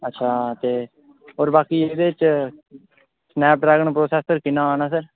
अच्छा ते होर बाकी एह्दे च सनैप ड्रगैन परोसैसर किन्ना औना ऐ सर